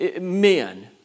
men